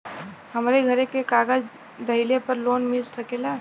हमरे घरे के कागज दहिले पे लोन मिल सकेला?